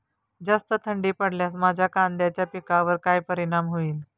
जास्त थंडी पडल्यास माझ्या कांद्याच्या पिकावर काय परिणाम होईल?